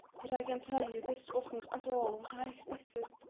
but i can tell you this wasn't at all what i expected.